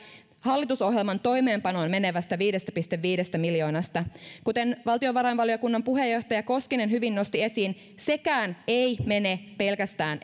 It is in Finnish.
hallitusohjelman toimeenpanoon menevästä viidestä pilkku viidestä miljoonasta kuten valtiovarainvaliokunnan puheenjohtaja koskinen hyvin nosti esiin sekään ei mene pelkästään